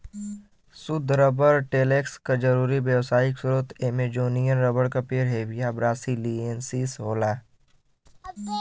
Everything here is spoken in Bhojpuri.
सुद्ध रबर लेटेक्स क जरुरी व्यावसायिक स्रोत अमेजोनियन रबर क पेड़ हेविया ब्रासिलिएन्सिस होला